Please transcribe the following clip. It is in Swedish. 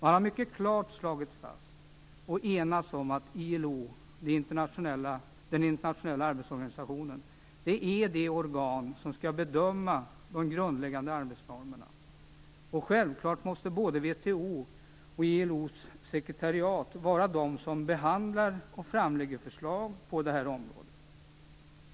Man har mycket klart slagit fast och enats om att ILO, den internationella arbetsorganisationen, är det organ som skall bedöma de grundläggande arbetsformerna. Självfallet måste både WTO och ILO:s sekretariat vara de som behandlar och framlägger förslag på detta område.